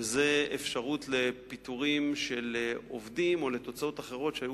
וזו אפשרות של פיטורים של עובדים או תוצאות אחרות שהיו